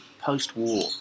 post-war